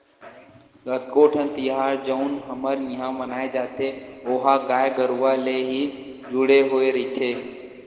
कतको ठन तिहार जउन हमर इहाँ मनाए जाथे ओहा गाय गरुवा ले ही जुड़े होय रहिथे